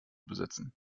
besitzen